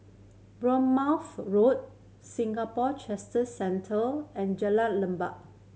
Bournemouth Road Singapore Centre and Jalan Lekub